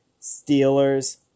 Steelers